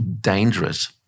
dangerous